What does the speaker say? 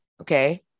Okay